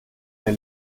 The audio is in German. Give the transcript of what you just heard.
der